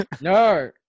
no